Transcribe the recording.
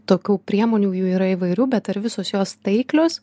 tokių priemonių jų yra įvairių bet ar visos jos taiklios